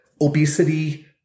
obesity